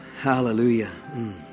Hallelujah